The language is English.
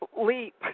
leap